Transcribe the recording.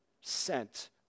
sent